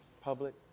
public